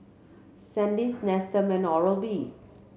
Sandisk Nestum and Oral B